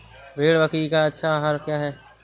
भेड़ बकरी का अच्छा आहार क्या है?